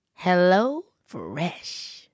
HelloFresh